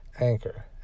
Anchor